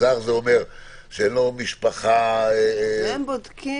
שאין לו משפחה- - זה הם בודקים.